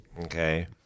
Okay